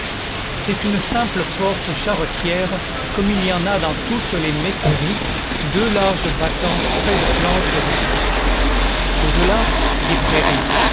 c'est une simple porte charretière comme il y en a dans toutes les métairies deux larges battants faits de planches rustiques au delà des prairies